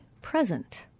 present